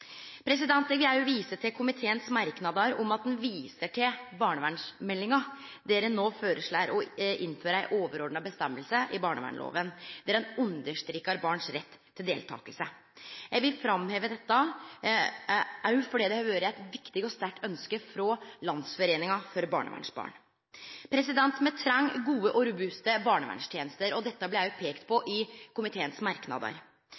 Eg vil òg vise til komiteens merknader om at ein viser til barnevernsmeldinga, der ein no foreslår å innføre ei overordna bestemming i barnevernslova, der ein understrekar barn sin rett til deltaking. Eg vil framheve dette òg fordi det har vore eit viktig og sterkt ynskje frå Landsforeningen for barnevernsbarn. Me treng gode og robuste barnevernstenester, og dette